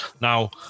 Now